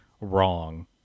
wrong